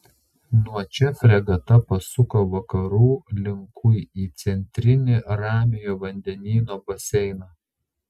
nuo čia fregata pasuko vakarų linkui į centrinį ramiojo vandenyno baseiną